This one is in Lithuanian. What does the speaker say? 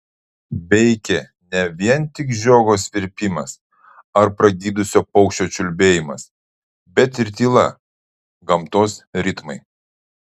veikė ne vien tik žiogo svirpimas ar pragydusio paukščio čiulbėjimas bet ir tyla gamtos ritmai